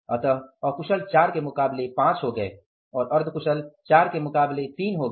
अतः अकुशल 4 के मुकाबले 5 हो गए और अर्ध कुशल 4 के मुकाबले 3 हो गए